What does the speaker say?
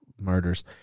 murders